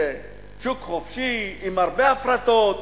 שוק חופשי עם הרבה הפרטות.